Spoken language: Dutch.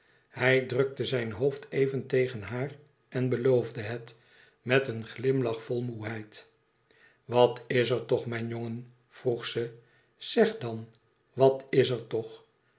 hij drukte zijn hoofd even tegen haar aan en beloofde het met een glimlach vol moêheid wat is er toch mijn jongen vroeg ze zeg dan wat is er toch